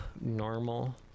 normal